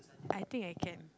I think I can